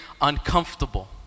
uncomfortable